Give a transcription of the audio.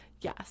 Yes